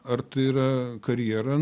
ar tai yra karjera